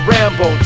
Rambo